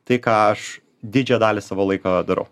tai ką aš didžiąją dalį savo laiko darau